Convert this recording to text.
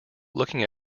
looking